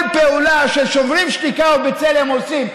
פעולה ששוברים שתיקה או בצלם עושים.